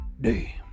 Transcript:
day